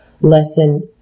lesson